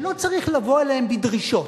שלא צריך לבוא אליהם בדרישות.